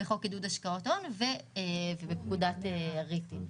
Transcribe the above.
בחוק עידוד השקעות הון ובפקודת הריטים.